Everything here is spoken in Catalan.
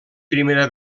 primera